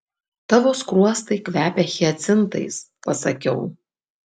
tavo skruostai kvepia hiacintais pasakiau